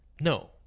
No